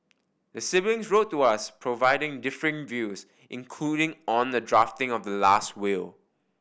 the siblings wrote to us providing differing views including on the drafting of the last will